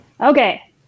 Okay